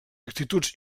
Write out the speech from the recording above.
actituds